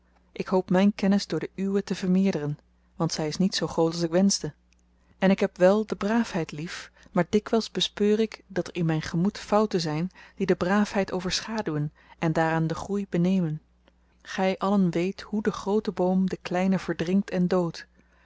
ik hoop myn kennis door de uwe te vermeerderen want zy is niet zoo groot als ik wenschte en ik heb wel de braafheid lief maar dikwyls bespeur ik dat er in myn gemoed fouten zyn die de braafheid overschaduwen en daaraan den groei benemen gy allen weet hoe de groote boom den kleinen verdringt en doodt